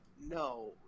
no